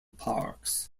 parks